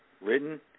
written